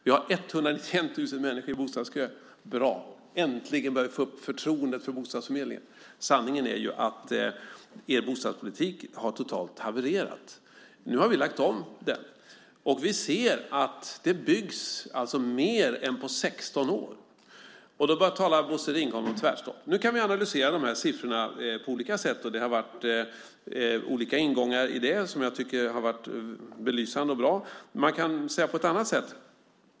Vi har 191 000 människor i bostadskö. Bra, äntligen börjar vi få upp förtroendet för bostadsförmedlingen! Sanningen är ju att er bostadspolitik totalt har havererat. Nu har vi lagt om den, och vi ser att det byggs mer än på sexton år. Då börjar Bosse Ringholm tala om tvärstopp. Nu kan vi analysera siffrorna på olika sätt. Det har varit olika ingångar som jag tycker varit belysande och bra. Men man kan också se på det på ett annat sätt.